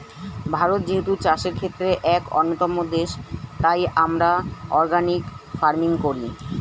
ভারত যেহেতু চাষের ক্ষেত্রে এক অন্যতম দেশ, তাই আমরা অর্গানিক ফার্মিং করি